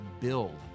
build